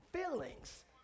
feelings